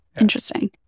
interesting